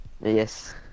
Yes